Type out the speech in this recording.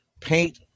paint